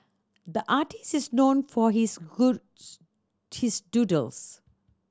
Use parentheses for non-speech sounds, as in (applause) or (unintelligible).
the artist is known for his (unintelligible) his doodles